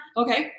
okay